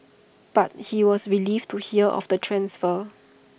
but he was relieved to hear of the transfer